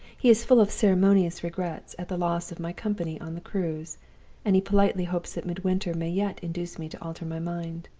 he is full of ceremonious regrets at the loss of my company on the cruise and he politely hopes that midwinter may yet induce me to alter my mind.